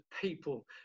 people